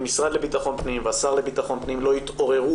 אם המשרד לביטחון פנים והשר לביטחון פנים לא יתעוררו